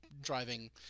driving